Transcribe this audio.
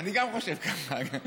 גם אני חושב ככה.